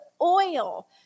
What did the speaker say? oil